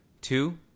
Two